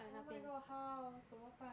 oh my god how 怎么办